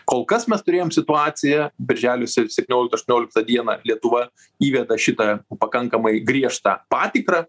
kol kas mes turėjom situaciją birželio se septynioliktą aštuonioliktą dieną lietuva įveda šitą pakankamai griežtą patikrą